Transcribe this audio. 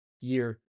year